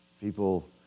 people